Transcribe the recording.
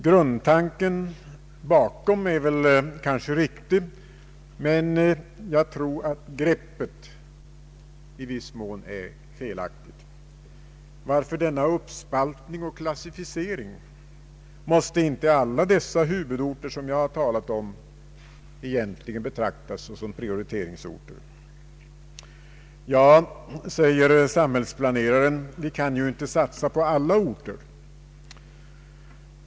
Grundtanken bakom är väl kanske riktig, men jag tror att greppet i viss mån är felaktigt. Varför denna uppspaltning och klassificering? Måste inte alla dessa huvudorter jag talat om egentligen betraktas såsom prioriteringsorter? Ja, säger samhällsplaneraren, vi kan ju inte satsa på alla orter.